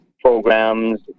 programs